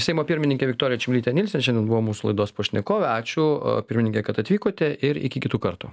seimo pirmininkė viktorija čmilytė nielsen šiandien buvo mūsų laidos pašnekovė ačiū pirmininke kad atvykote ir iki kitų kartų